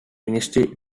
ministry